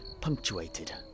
punctuated